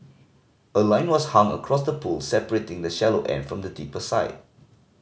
a line was hung across the pool separating the shallow end from the deeper side